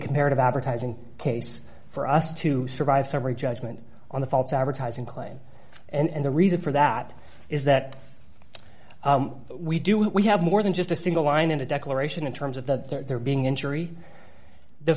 comparative advertising case for us to survive summary judgment on the false advertising claim and the reason for that is that we do we have more than just a single line in the declaration in terms of the there being injury the